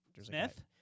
Smith